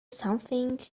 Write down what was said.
something